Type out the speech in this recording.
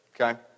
Okay